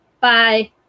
Bye